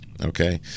Okay